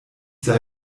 sei